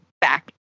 back